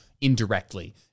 indirectly